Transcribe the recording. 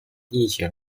地形